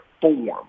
form